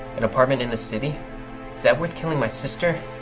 an apartment in the city is that worth killing my sister,